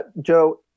Joe